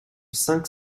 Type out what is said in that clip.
cinq